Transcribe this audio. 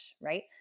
Right